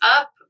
up